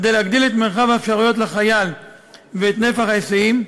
כדי להגדיל את מרחב האפשרויות לחייל ואת נפח ההיסעים,